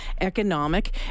economic